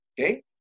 okay